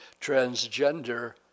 transgender